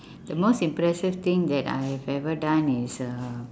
the most impressive thing that I've ever done is uh